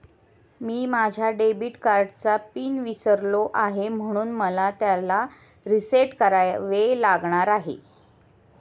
मी माझ्या डेबिट कार्डचा पिन विसरलो आहे म्हणून मला त्याला रीसेट करावे लागणार आहे